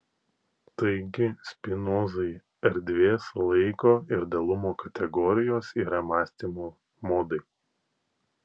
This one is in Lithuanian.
taigi spinozai erdvės laiko ir dalumo kategorijos yra mąstymo modai